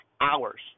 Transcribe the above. hours